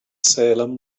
salem